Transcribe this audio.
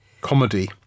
comedy